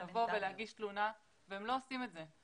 להגיש תלונה והם לא עושים את זה.